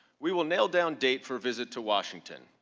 we will nail down date for visit to washington.